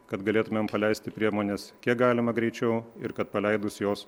kad galėtumėm paleisti priemones kiek galima greičiau ir kad paleidus jos